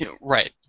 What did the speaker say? Right